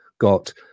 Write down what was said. got